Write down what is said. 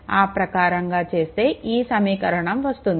ఆ ప్రకారంగా చేస్తే ఈ సమీకరణం వస్తుంది